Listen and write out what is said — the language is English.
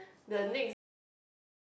the next day I had